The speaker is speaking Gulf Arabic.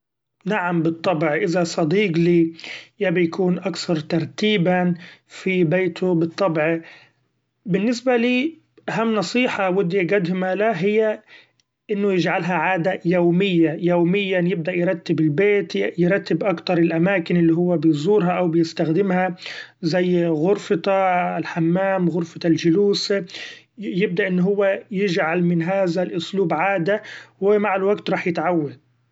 نعم بالطبع إذا صديق لي يبي يكون أكثر ترتيبا في بيتو بالطبع بالنسبة لي أهم نصيحه ودي أقدمها له هي: انو يجعلها عادة يوميه يوميا يبدأ يرتب البيت يرتب أكتر الأماكن ال هوا بيزورها أو بيستخدمها زي غرفت الحمام غرفة الجلوس ي-يبدأ انو هوا يجعل من هذا الأسلوب عادة ، و مع الوقت رح يتعود.